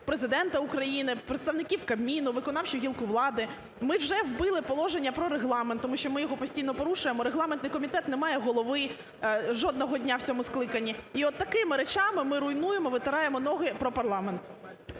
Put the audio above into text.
Президента України, представників Кабміну, виконавчу гілку влади. Ми вже вбили Положення про Регламент, тому що ми його постійно порушуємо, регламентний комітет не має голови жодного дня в цьому скликанні. І от такими речами, ми руйнуємо, витираємо ноги про парламент.